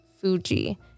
Fuji